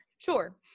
sure